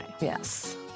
Yes